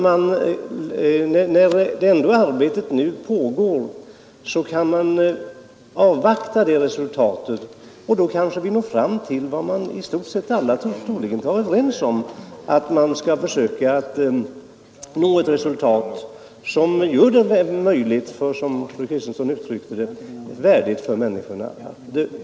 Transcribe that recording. Men vi bör alltså avvakta resultatet av det arbete som pågår. Kanske uppnår vi vad troligen alla är överens om, att människorna, som fru Kristensson uttryckte det, skall få dö på ett värdigt sätt.